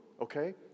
Okay